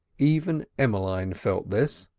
even emmeline felt this.